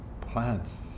plants